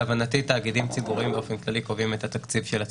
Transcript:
להבנתי תאגידים ציבוריים באופן כללי קובעים את התקציב של עצמם.